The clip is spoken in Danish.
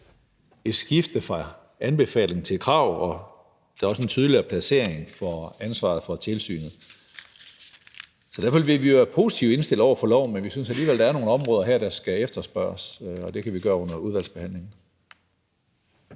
et skifte fra anbefaling til krav, og der er også en tydeligere placering af ansvaret for tilsynet. Derfor vil vi være positivt indstillet over for loven, men vi synes alligevel, at der er nogle områder her, der skal spørges ind til. Og det kan vi gøre under udvalgsbehandlingen.